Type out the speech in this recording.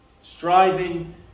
Striving